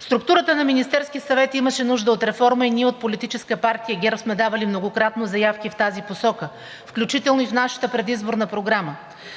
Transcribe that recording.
Структурата на Министерския съвет имаше нужда от реформа и ние от Политическа партия ГЕРБ сме давали многократно заявки в тази посока, включително и в нашата предизборна програма.